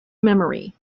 memory